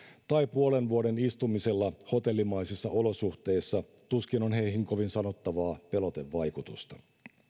tai puolen vuoden istumisella hotellimaisissa olosuhteissa tuskin on heihin kovin sanottavaa pelotevaikutusta